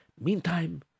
Meantime